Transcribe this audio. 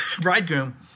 bridegroom